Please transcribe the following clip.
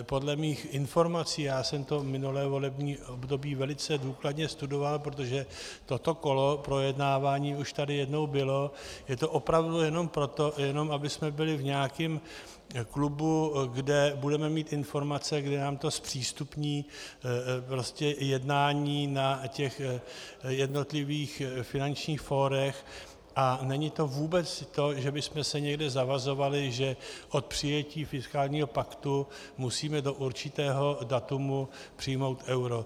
Podle mých informací, já jsem to v minulém volebním období velice důkladně studoval, protože toto kolo projednávání už tady jednou bylo, je to opravdu jenom proto, abychom byli v nějakém klubu, kde budeme mít informace, kdy nám to prostě zpřístupní jednání na těch jednotlivých finančních fórech, a není to vůbec to, že bychom se někde zavazovali, že od přijetí fiskálního paktu musíme do určitého data přijmout euro.